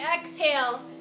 exhale